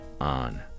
on